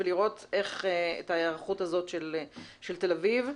ולראות את ההיערכות הזאת של תל אביב.